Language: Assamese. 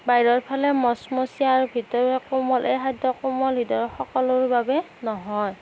বাহিৰৰ ফালে মচমচীয়া আৰু ভিতৰে কোমল এই খাদ্য কোমল হৃদয়ৰ সকলৰ বাবে নহয়